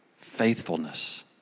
Faithfulness